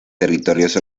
territorios